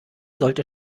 sollte